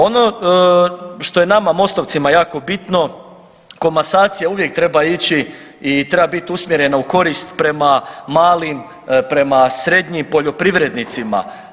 Ono što je nama MOST-ovcima jako bitno komasacija uvijek treba ići i treba biti usmjerena u korist prema malim, prema srednjim poljoprivrednicima.